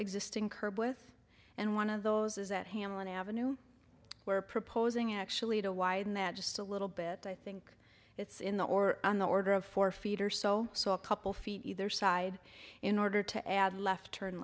existing curb with and one of those is that hamlin avenue where proposing actually to widen that just a little bit i think it's in the or on the order of four feet or so so a couple feet either side in order to add left turn